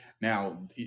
Now